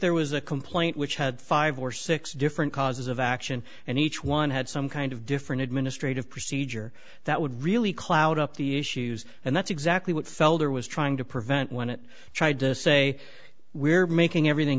there was a complaint which had five or six different causes of action and each one had some kind of different administrative procedure that would really cloud up the issues and that's exactly what felder was trying to prevent when it tried to say we're making everything